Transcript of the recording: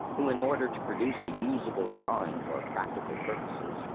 who, in order to produce a usable drawing for practical purposes,